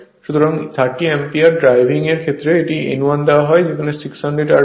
সুতরাং 30 ampere driving এর ক্ষেত্রে এটি n 1 দেওয়া হয় 600 rpm এর